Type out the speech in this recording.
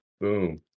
boom